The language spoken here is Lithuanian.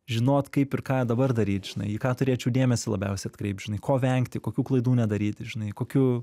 žinot kaip ir ką dabar daryt žinai į ką turėčiau dėmesį labiausiai atkreipt žinai ko vengti kokių klaidų nedaryti žinai kokių